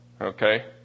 Okay